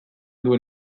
duen